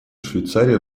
швейцария